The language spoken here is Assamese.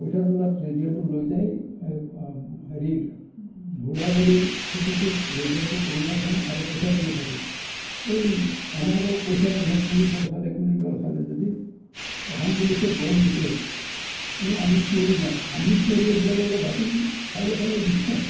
কঠিয়া তোলাত ৰেডিঅ'টো লৈ যায় এই হেৰিৰ হুলাবাৰিৰ খুঁটিটোত ৰেডিঅ'টো ওলমাই থওঁ আৰু কঠিয়া তুলি থাকোঁ এই অনৰ্গল কৈ থাকে নহয় কোনে গ'ল খালে কোনে গ'ল খালে যদি অসম পুলিচে গ'ল দিছে এই আমি চিঞৰি দেওঁ আমি চিঞৰি দিয়াৰ লগে লগে বাকী চাৰিওফালে যিবিলাক